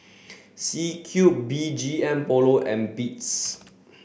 C Cube B G M Polo and Beats